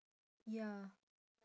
ya